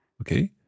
Okay